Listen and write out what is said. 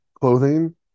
clothing